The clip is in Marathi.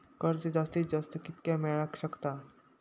कर्ज जास्तीत जास्त कितक्या मेळाक शकता?